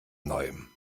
neuem